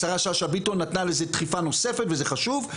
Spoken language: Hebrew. השרה שאשא ביטון נתנה לזה דחיפה נוספת וזה חשוב,